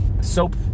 soap